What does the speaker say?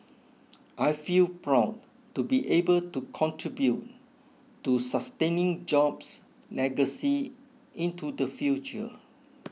I feel proud to be able to contribute to sustaining Jobs' legacy into the future